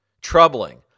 troubling